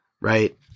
right